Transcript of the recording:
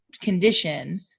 condition